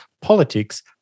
politics